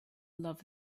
love